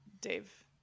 Dave